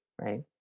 right